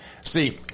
See